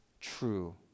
true